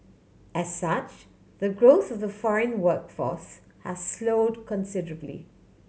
as such the growth of the foreign workforce has slowed considerably